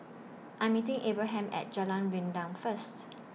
I'm meeting Abraham At Jalan Rendang First